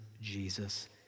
Jesus